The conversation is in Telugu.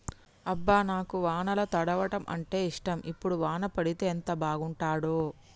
అబ్బ నాకు వానల తడవడం అంటేఇష్టం ఇప్పుడు వాన పడితే ఎంత బాగుంటాడో